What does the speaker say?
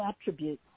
attributes